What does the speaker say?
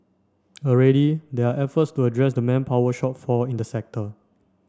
already there are efforts to address the manpower shortfall in the sector